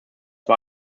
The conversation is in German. war